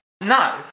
No